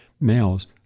males